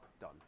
done